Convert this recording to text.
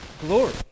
glory